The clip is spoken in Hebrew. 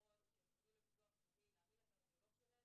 בואי נשאיר להם את המקום.